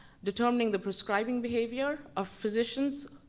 determining the prescribing behavior of physicians.